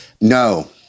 No